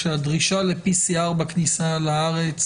שהדרישה ל-PCR בכניסה לארץ,